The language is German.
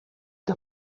der